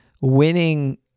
winning